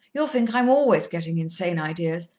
you'll think i'm always getting insane ideas,